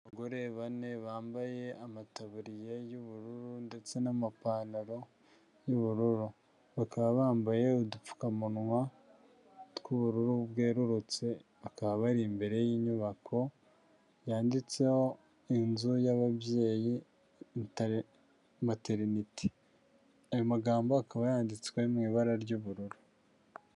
Abagore bane bambaye amataburiya y'ubururu ndetse n'amapantaro y'ubururu, bakaba bambaye udupfukamunwa tw'ubururu bwerurutse, bakaba bari imbere y'inyubako yanditseho inzu y'ababyeyi materinite, ayo magambo akaba yanditswe mu ibara ry'ubururu.